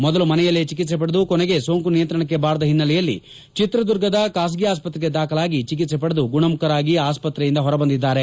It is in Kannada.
ಮೊದಲು ಮನೆಯಲ್ಲೇ ಚಿಕಿತ್ಸೆ ಪಡೆದು ಕೊನೆಗೆ ಸೊಂಕು ನಿಯಂತ್ರಣಕ್ಕೆ ಬಾರದ ಹಿನ್ನಲೆಯಲ್ಲಿ ಚಿತ್ರದುರ್ಗದ ಖಾಸಗಿ ಆಸ್ಪತ್ರೆಗೆ ದಾಖಲಾಗಿ ಚಿಕಿತ್ಸೆ ಪಡೆದು ಗುಣಮುಖರಾಗಿ ಆಸ್ವತ್ರೆಯಿಂದ ಹೊರಬಂದಿದ್ದಾರೆ